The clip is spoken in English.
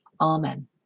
Amen